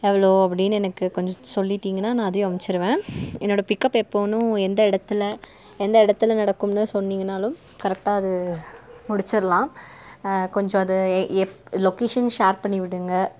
எவ்வளோ அப்படின்னு எனக்கு கொஞ்சம் சொல்லிவிட்டிங்கனா நான் அதையும் அமைச்சுருவேன் என்னோடய பிக்கப் எப்போதுன்னும் எந்த இடத்துல எந்த இடத்துல நடக்கும்னு சொன்னீங்கன்னாலும் கரெக்டாக அதை முடிச்சுரலாம் கொஞ்சம் அது எ எப் லொக்கேஷன் ஷேர் பண்ணி விடுங்க